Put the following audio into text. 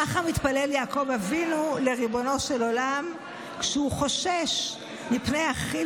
ככה מתפלל יעקב אבינו לריבונו של עולם כשהוא חושש מפני אחיו,